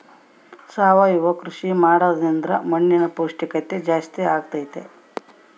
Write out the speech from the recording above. ಸಾವಯವ ಕೃಷಿ ಮಾಡೋದ್ರಿಂದ ಮಣ್ಣಿನ ಪೌಷ್ಠಿಕತೆ ಜಾಸ್ತಿ ಆಗ್ತೈತಾ?